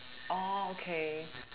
oh okay